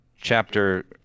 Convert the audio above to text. chapter